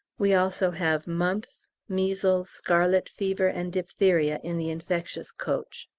we also have mumps, measles, scarlet fever, and diphtheria in the infectious coach.